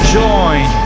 join